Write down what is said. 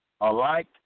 alike